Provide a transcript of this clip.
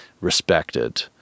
respected